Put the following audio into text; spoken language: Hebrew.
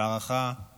והערכה